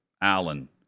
Allen